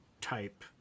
type